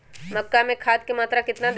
मक्का में खाद की मात्रा कितना दे?